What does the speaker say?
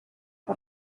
per